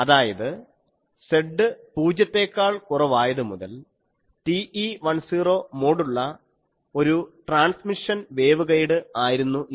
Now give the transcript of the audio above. അതായത് z പൂജ്യത്തെക്കാൾ കുറവായതു മുതൽ TE10 മോഡുള്ള ഒരു ട്രാൻസ്മിഷൻ വേവ്ഗൈഡ് ആയിരുന്നു ഇത്